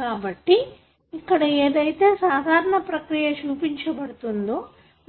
కాబట్టి ఇక్కడ ఏదైతే సాధారణ ప్రక్రియను చూపించబడుతుందో